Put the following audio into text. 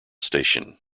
station